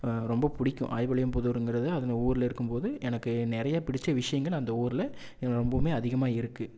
ரொம்ப பிடிக்கும் ஆயிபலியம்புதூருங்கிறது அது நான் ஊரில் இருக்கும் போது எனக்கு நிறைய பிடித்த விஷயங்கள் அந்த ஊரில் எனக்கு ரொம்பவுமே அதிகமாக இருக்குது